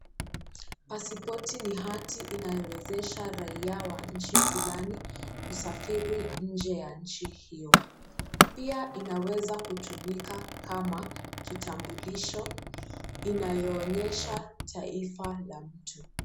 Passport ni hati inayowezesha raia wa nchi fulani kusafiri nje ya nchi hio, pia inaweza kutumika kama kitambulisho inayoonyesha taifa la mtu.